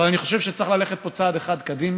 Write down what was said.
אבל אני חושב שצריך ללכת פה צעד אחד קדימה.